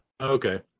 Okay